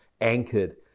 anchored